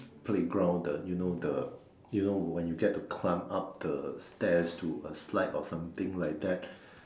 playground the you know the you know when you get to climb up the stairs to a slide or something like that